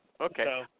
Okay